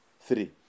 three